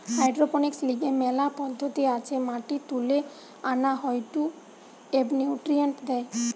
hydroponics লিগে মেলা পদ্ধতি আছে মাটি তুলে আনা হয়ঢু এবনিউট্রিয়েন্টস দেয়